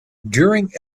during